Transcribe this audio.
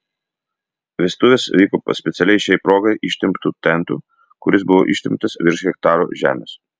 vestuvės vyko po specialiai šiai proga ištemptu tentu kuris buvo ištemptas virš hektaro žemės